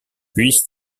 puisse